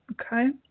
okay